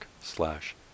slash